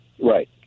Right